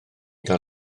gael